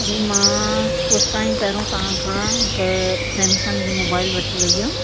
अरे मां कुझु टाइम पहिरियों तव्हांखां हिकु सैमसंग जी मोबाइल वठी वई हुयमि